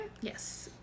Yes